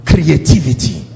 creativity